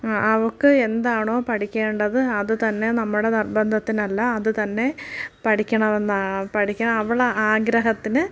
അവൾക്ക് എന്താണോ പഠിക്കേണ്ടത് അതുതന്നെ നമ്മുടെ നിർബന്ധത്തിന് അല്ല അത് തന്നെ പഠിക്കണം എന്നാണ് പഠിക്കാൻ അവൾ ആഗ്രഹത്തിന്